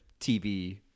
TV